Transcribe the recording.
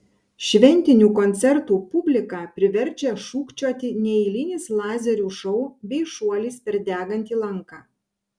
šventinių koncertų publiką priverčia šūkčioti neeilinis lazerių šou bei šuolis per degantį lanką